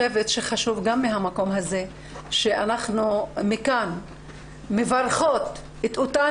גם מהמקום הזה לומר שאנחנו מכאן מברכות את אותן